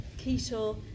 keto